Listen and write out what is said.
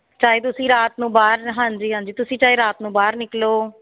ਚਾਹੇ ਤੁਸੀਂ ਰਾਤ ਨੂੰ ਬਾਹਰ ਹਾਂਜੀ ਹਾਂਜੀ ਤੁਸੀਂ ਚਾਹੇ ਰਾਤ ਨੂੰ ਬਾਹਰ ਨਿਕਲੋ